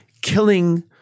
killing